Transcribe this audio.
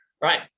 right